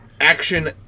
Action